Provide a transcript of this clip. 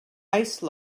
ice